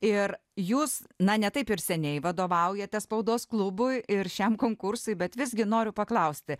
ir jūs na ne taip ir seniai vadovaujate spaudos klubui ir šiam konkursui bet visgi noriu paklausti